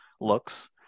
looks